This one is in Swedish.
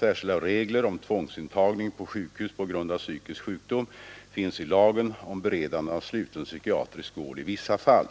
Särskilda regler om tvångsintagning på sjukhus på grund av psykisk sjukdom finns i lagen om beredande av sluten psykiatrisk vård i vissa fall